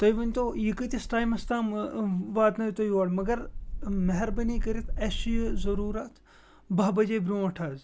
تُہۍ ؤنۍ تو یہِ کۭتِس ٹایمَس تام واتنٲیِو تُہۍ یور مگر مہربٲنی کٔرِتھ اَسہِ چھُ یہِ ضروٗرت باہہ بَجے برونٛٹھ حظ